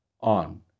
on